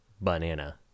banana